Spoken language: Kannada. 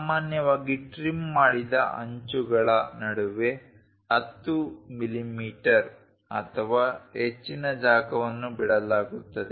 ಸಾಮಾನ್ಯವಾಗಿ ಟ್ರಿಮ್ ಮಾಡಿದ ಅಂಚುಗಳ ನಡುವೆ 10 ಮಿಮೀ ಅಥವಾ ಹೆಚ್ಚಿನ ಜಾಗವನ್ನು ಬಿಡಲಾಗುತ್ತದೆ